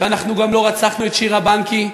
ואנחנו גם לא רצחנו את שירה בנקי.